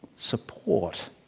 Support